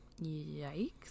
Yikes